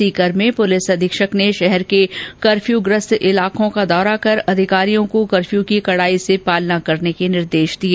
सीकर में पुलिस अधीक्षक गगनदीप सिंगला ने शहर के कर्फ्यूग्रस्त इलाकों का दौरा कर अधिकारियों को कर्फ्य की कड़ाई से पालना करने के निर्देश दिए